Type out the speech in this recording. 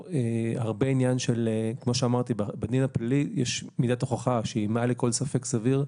בדין הפלילי יש מידת הוכחה שהיא מעל לכל ספק סביר.